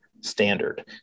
standard